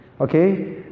Okay